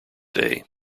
day